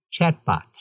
chatbots